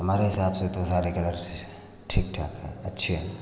हमारे हिसाब से तो सारे कलर ठीक ठाक है अच्छे है